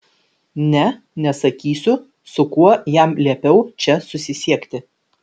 ne nesakysiu su kuo jam liepiau čia susisiekti